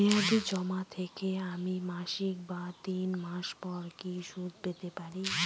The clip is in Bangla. মেয়াদী জমা থেকে আমি মাসিক বা তিন মাস পর কি সুদ পেতে পারি?